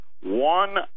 one